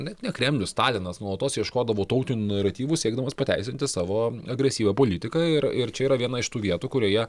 net ne kremlius stalinas nuolatos ieškodavo tautinių naratyvų siekdamas pateisinti savo agresyvią politiką ir ir čia yra viena iš tų vietų kurioje